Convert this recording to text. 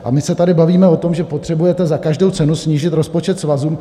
A my se tady bavíme o tom, že potřebujete za každou cenu snížit rozpočet svazů.